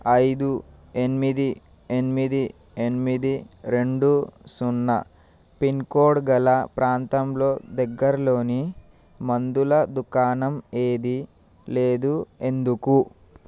ఐదు ఎనిమిది ఎనిమిది ఎనిమిది రెండు సున్నా పిన్ కోడ్ గల ప్రాంతంలో దగ్గరలోని మందుల దుకాణం ఏదీ లేదు ఎందుకు